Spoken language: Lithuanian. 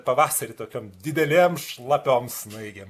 pavasarį tokiom didelėm šlapiom snaigėm